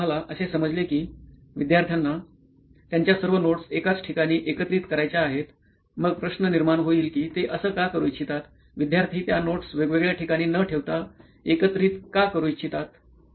तर आम्हाला असे समजले कि विद्यार्थ्याना त्यांच्या सर्व नोट्स एकाच ठिकाणी एकत्रित करायच्या आहेतमग प्रश्न निर्माण होईल कि ते असं का करू इच्छितात विद्यार्थी त्या नोट्स वेगवेगळ्या ठिकाणी न ठेवता एकत्रित का करू इच्छितात